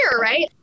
right